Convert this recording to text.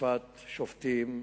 תקיפת שופטים,